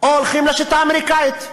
או הולכים לשיטה האמריקנית.